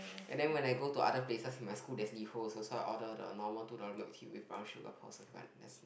and then when I go to other places in my school there's Liho also so I order the normal two dollar milk tea with brown sugar pearls